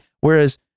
whereas